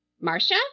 Marcia